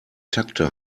takte